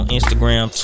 Instagram